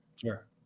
Sure